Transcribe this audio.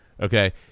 okay